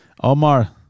Omar